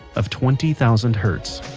of twenty thousand hertz